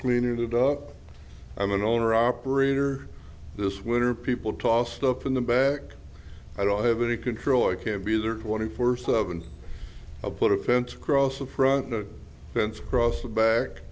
cleaning it up i'm an owner operator this winter people tossed up in the back i don't have any control i can't be there twenty first up and i'll put a fence across the front of the fence across the back